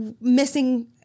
Missing